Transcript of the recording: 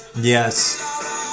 Yes